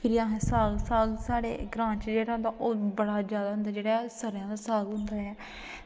फिर असें साग साग जेह्ड़ा साढ़े ग्राएं च होंदा ओह् बड़ा जादै जेह्ड़ा सरेआं दा साग होंदा ऐ